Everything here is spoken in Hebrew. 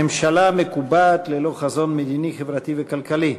ממשלה מקובעת ללא חזון מדיני, חברתי וכלכלי.